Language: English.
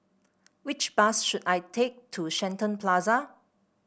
which bus should I take to Shenton Plaza